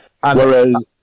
Whereas